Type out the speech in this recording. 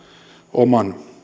oman